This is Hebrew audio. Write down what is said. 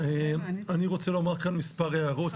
אני רוצה להעיר כאן מספר הערות.